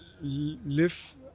live